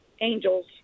angels